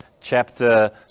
chapter